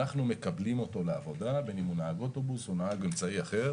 אנחנו מקבלים אותו לעבודה בין אם הוא נהג אוטובוס או נהג אמצעי אחר